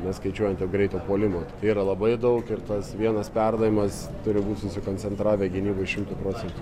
neskaičiuojant jau greito puolimo tai yra labai daug ir tas vienas perdavimas turim būt susikoncentravę gynyboj šimtu procentų